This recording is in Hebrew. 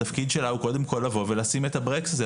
התפקיד שלה הוא קודם כל לבוא ולשים את הברקס הזה,